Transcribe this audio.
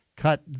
cut